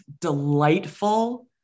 delightful